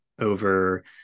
over